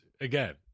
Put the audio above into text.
again